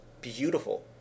beautiful